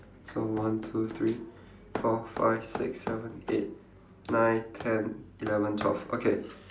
so one two three four five six seven eight nine ten eleven twelve okay